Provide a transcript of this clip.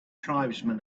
tribesmen